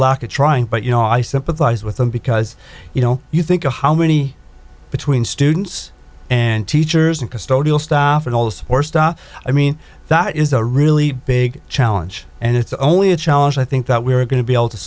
lack of trying but you know i sympathize with them because you know you think of how many between students and teachers and custodial staff and all the support stuff i mean that is a really big challenge and it's only a challenge i think that we are going to be able to